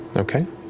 okay.